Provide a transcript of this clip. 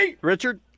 Richard